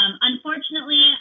unfortunately